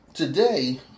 Today